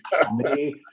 comedy